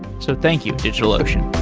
so thank you, digitalocean